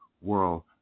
World